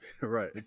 Right